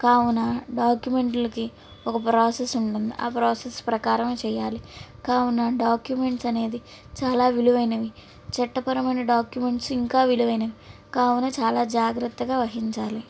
కావున డాక్యుమెంట్లకి ఒక ప్రాసెస్ ఉంటుంది ఆ ప్రాసెస్ ప్రకారం చేయాలి కావున డాక్యుమెంట్స్ అనేవి చాలా విలువైనవి చట్టపరమైన డాక్యుమెంట్సు ఇంకా విలువైనవి కావున చాలా జాగ్రత్తగా వహించాలి